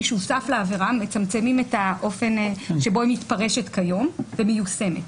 שהוסף לעבירה מצמצמים את האופן שבו היא מתפרשת כיום ומיושמת.